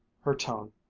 her tone,